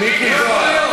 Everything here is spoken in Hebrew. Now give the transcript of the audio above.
לא יכול להיות.